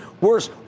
Worse